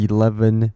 Eleven